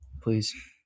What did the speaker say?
please